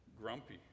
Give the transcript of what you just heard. grumpy